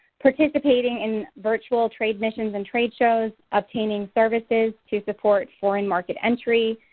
participating in virtual trade missions and trade shows, obtaining services to support foreign market entry,